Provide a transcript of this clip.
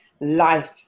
life